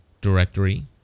directory